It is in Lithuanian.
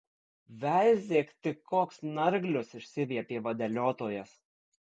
veizėk tik koks snarglius išsiviepė vadeliotojas